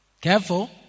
Careful